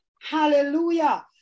Hallelujah